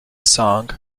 song